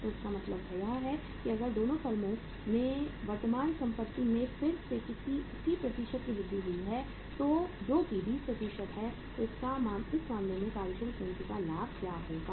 तो इसका मतलब है कि अगर 2 फर्मों में वर्तमान संपत्ति में फिर से उसी प्रतिशत की वृद्धि हुई है जो कि 20 है तो इस मामले में कार्यशील पूंजी का लाभ क्या होगा